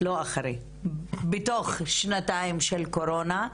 בתוך שנתיים של קורונה.